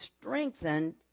strengthened